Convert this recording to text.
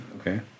okay